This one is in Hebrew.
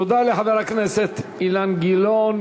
תודה לחבר הכנסת אילן גילאון.